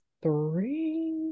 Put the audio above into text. three